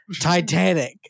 Titanic